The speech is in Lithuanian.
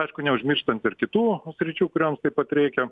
aišku neužmirštant ir kitų sričių kurioms taip pat reikia